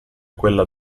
quella